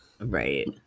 right